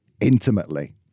intimately